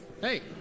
Hey